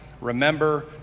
Remember